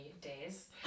days